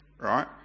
right